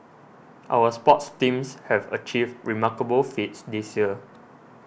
our sports teams have achieved remarkable feats this year